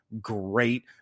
great